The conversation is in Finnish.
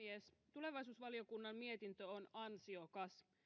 tulevaisuusvaliokunnan mietintö on ansiokas